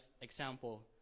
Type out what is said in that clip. example